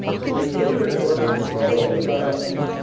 for they enter at once the brotherhood of arms.